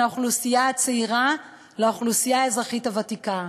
האוכלוסייה הצעירה לאוכלוסיית האזרחים הוותיקים.